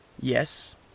Yes